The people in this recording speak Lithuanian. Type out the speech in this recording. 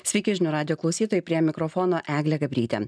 sveiki žinių radijo klausytojai prie mikrofono eglė gabrytė